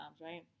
right